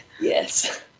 Yes